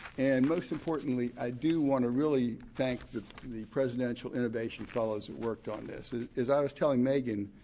and most importantly, i do want to really thank the the presidential innovation fellows that worked on this. as i was telling megan,